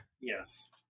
Yes